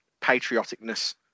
patrioticness